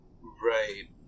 Right